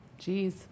Jeez